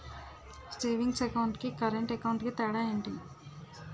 Savings account కి current account కి తేడా ఏమిటి?